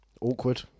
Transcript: Awkward